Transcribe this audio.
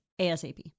ASAP